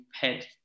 head